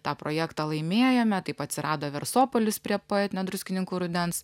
tą projektą laimėjome taip atsirado versopolis prie poetinio druskininkų rudens